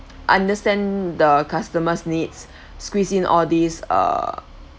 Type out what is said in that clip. understand the customer's needs squeezed in all these uh